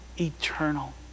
eternal